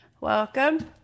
Welcome